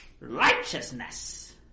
righteousness